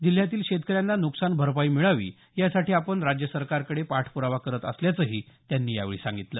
जिल्ह्यातील शेतकऱ्यांना नुकसान भरपाई मिळावी यासाठी आपण राज्य सरकारकडे पाठप्रावा करत असल्याचंही त्यांनी यावेळी सांगितलं